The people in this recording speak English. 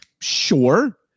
sure